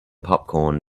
popcorn